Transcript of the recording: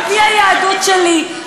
על-פי היהדות שלי.